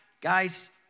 guys